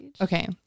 Okay